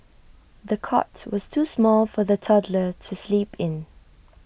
the cot was too small for the toddler to sleep in